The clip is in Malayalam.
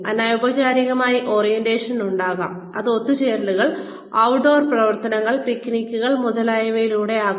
അനൌപചാരിക ഓറിയന്റേഷൻ ഉണ്ടാകാം അത് ഒത്തുചേരലുകൾ ഔട്ട്ഡോർ പ്രവർത്തനങ്ങൾ പിക്നിക്കുകൾ മുതലായവയിലൂടെ ആകാം